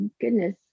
goodness